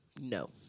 no